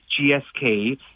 GSK